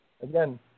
again